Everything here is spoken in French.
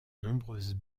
nombreuses